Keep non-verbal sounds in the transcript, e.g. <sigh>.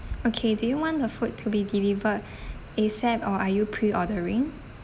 okay do you want the food to be delivered <breath> ASAP or are you pre-ordering